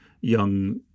young